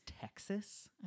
Texas